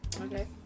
Okay